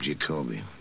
Jacoby